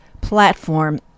platform